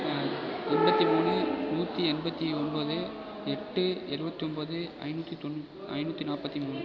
எண்பத்து மூணு நூற்றி எண்பத்து ஒன்பது எட்டு இருபத்தி ஒன்பது ஐநூற்றி தொண்ணு ஐநூற்றி நாற்பத்தி மூணு